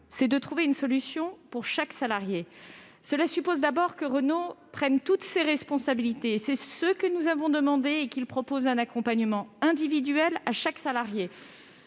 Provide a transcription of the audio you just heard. c'est de trouver une solution pour chaque salarié. Cela suppose, d'abord, que Renault prenne toutes ses responsabilités. C'est ce que nous avons demandé, afin que ce groupe propose un accompagnement individuel à chaque salarié.